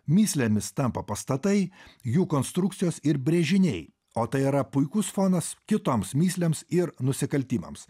mįslėmis tampa pastatai jų konstrukcijos ir brėžiniai o tai yra puikus fonas kitoms mįslėms ir nusikaltimams